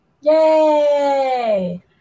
Yay